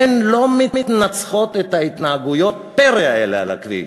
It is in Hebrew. הן לא מנצחות את התנהגויות הפרא האלה על הכביש,